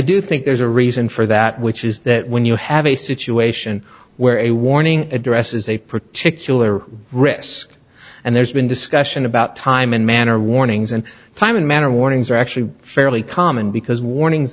do think there's a reason for that which is that when you have a situation where a warning addresses a particular risk and there's been discussion about time and manner of warnings and time and manner of warnings are actually fairly common because warnings